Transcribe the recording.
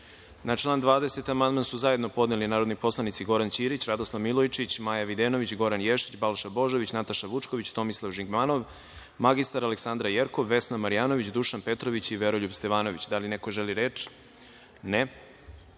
član 20. amandman su zajedno podneli narodni poslanici Goran Ćirić, Radoslav Milojičić, Maja Videnović, Goran Ješić, Balša Božović, Nataša Vučković, Tomislav Žigmanov, mr Aleksandra Jerkov, Vesna Marjanović, Dušan Petrović i Veroljub Stevanović. Da li neko želi reč?